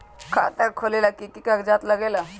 खाता खोलेला कि कि कागज़ात लगेला?